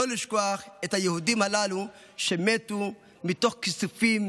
לא לשכוח את היהודים הללו שמתו מתוך כיסופים